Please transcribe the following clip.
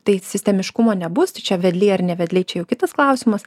tai sistemiškumo nebus tai čia vedliai ar ne vedliai čia jau kitas klausimas